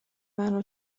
منو